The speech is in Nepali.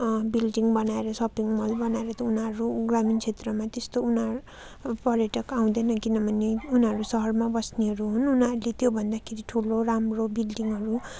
बिल्डिङ बनाएर सपिङ मल बनाएर त उनीहरू ग्रामीण क्षेत्रमा त्यस्तो उनीहरू पर्यटक आउँदैन किनभने उनीहरू सहरमा बस्नेहरू हुन् उनीहरूले त्यो भन्दाखेरि ठुलो राम्रो बिल्डिङहरू